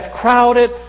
crowded